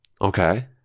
Okay